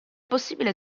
possibile